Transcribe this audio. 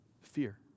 Fear